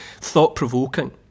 thought-provoking